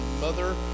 mother